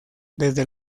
desde